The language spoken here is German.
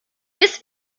bis